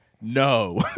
no